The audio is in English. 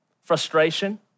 frustration